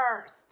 first